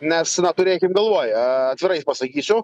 nes na turėkim galvoj a atvirai pasakysiu